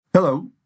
Hello